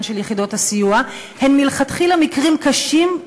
של יחידות הסיוע הם מלכתחילה מקרים קשים,